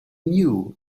knew